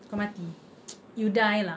kau mati you die lah